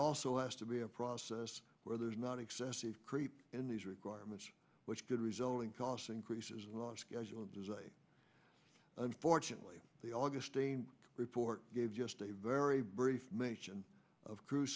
also has to be a process where there's not excessive creep in these requirements which could result in cost increases not schedule unfortunately the augustine report gave just a very brief mention of crew